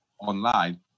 online